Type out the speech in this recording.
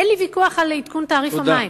אין לי ויכוח על עדכון תעריף המים.